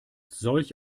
solch